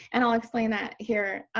and i'll explain that here.